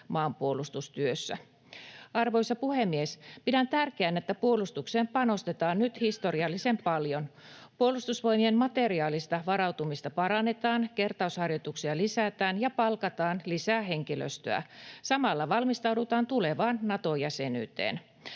maanpuolustustyössä. Arvoisa puhemies! Pidän tärkeänä, että puolustukseen panostetaan nyt historiallisen paljon. Puolustusvoimien materiaalista varautumista parannetaan, kertausharjoituksia lisätään ja palkataan lisää henkilöstöä. Samalla valmistaudutaan tulevaan Nato-jäsenyyteen.